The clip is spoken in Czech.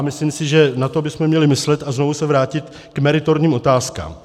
Myslím si, že na to bychom měli myslet a znovu se vrátit k meritorním otázkám.